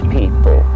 people